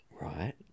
Right